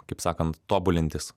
kaip sakant tobulintis